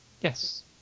Yes